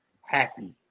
happy